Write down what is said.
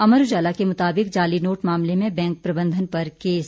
अमर उजाला के मुताबिक जाली नोट मामले में बैंक प्रबंधन पर केस